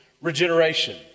regeneration